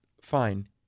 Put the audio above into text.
fine